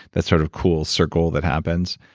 that sort of cool circle that happens.